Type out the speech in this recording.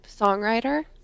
songwriter